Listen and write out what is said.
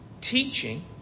teaching